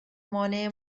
مانع